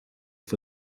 for